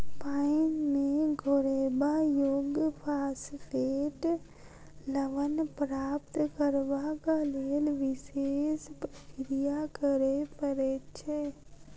पानि मे घोरयबा योग्य फास्फेट लवण प्राप्त करबाक लेल विशेष प्रक्रिया करय पड़ैत छै